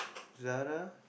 Zara